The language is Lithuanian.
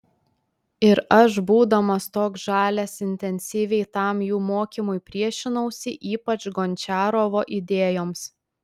ir aš būdamas toks žalias intensyviai tam jų mokymui priešinausi ypač gončiarovo idėjoms